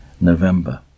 November